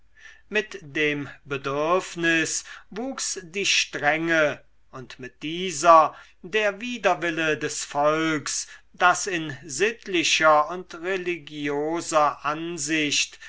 mit dem bedürfnis wuchs die strenge und mit dieser der widerwille des volks das in sittlicher und religioser ansicht